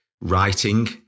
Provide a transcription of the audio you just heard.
writing